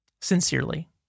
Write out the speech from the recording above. Sincerely